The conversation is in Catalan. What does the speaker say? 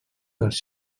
dels